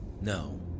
No